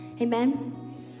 Amen